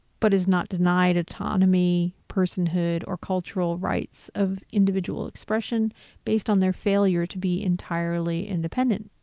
but is not denied autonomy, personhood or cultural rights of individual expression based on their failure to be entirely independent.